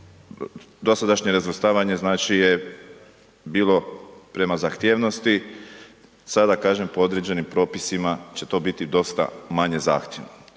dosadašnje razvrstavanje, znači je bilo prema zahtjevnosti, sada kažem po određenim propisima će to biti dosta manje zahtjevno.